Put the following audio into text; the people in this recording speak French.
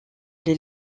les